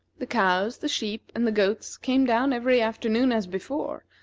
the cows, the sheep, and the goats came down every afternoon as before,